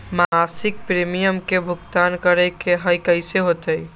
मासिक प्रीमियम के भुगतान करे के हई कैसे होतई?